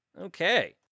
Okay